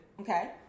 Okay